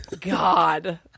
God